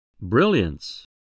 Brilliance